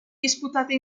disputate